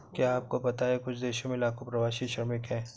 क्या आपको पता है कुछ देशों में लाखों प्रवासी श्रमिक हैं?